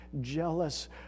jealous